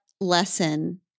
lesson